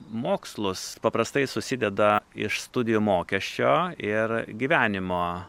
mokslus paprastai susideda iš studijų mokesčio ir gyvenimo